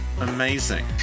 Amazing